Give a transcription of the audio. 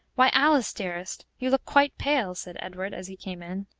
why, alice, dearest! you look quite pale! said edward, as he came in.